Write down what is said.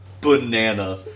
Banana